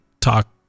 talk